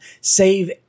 Save